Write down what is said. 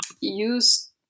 use